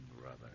brother